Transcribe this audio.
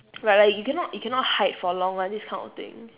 right like you cannot you cannot hide for long [one] this kind of thing